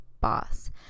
boss